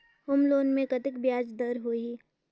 Home loan मे कतेक ब्याज दर होही?